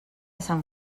sant